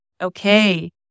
Okay